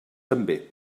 també